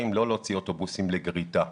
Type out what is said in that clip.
ולא להוציא אוטובוסים לגריטה.